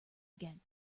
again